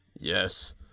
Yes